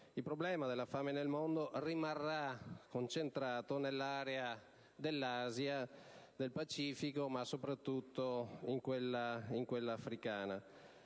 Il problema della fame nel mondo rimarrà concentrato nell'area dell'Asia, del Pacifico e soprattutto in quella africana.